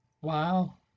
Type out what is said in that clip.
Wow